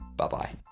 Bye-bye